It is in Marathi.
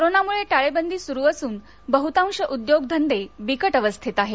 कोरोनामुळे टाळेबंदी सुरू असून बह्तांश उद्योग धंदे बिकट अवस्थेत आहेत